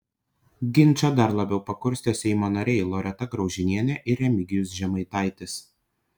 ginčą dar labiau pakurstė seimo nariai loreta graužinienė ir remigijus žemaitaitis